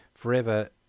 forever